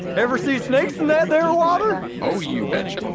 ever see snakes in that there water? oh you, betcha!